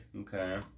Okay